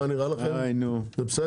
די נו.